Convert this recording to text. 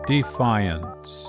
Defiance